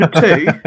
two